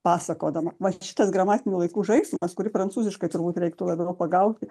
pasakodama va šitas gramatinių laikų žaismas kurį prancūziškai turbūt reiktų labiau pagauti